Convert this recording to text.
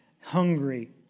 hungry